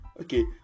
Okay